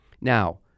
Now